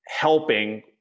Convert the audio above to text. helping